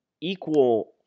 equal